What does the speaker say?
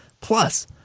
Plus